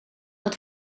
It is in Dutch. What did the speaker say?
had